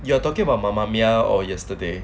you are talking about mamma mia or yesterday